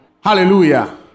Hallelujah